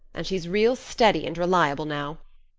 and she's real steady and reliable now.